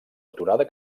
aturada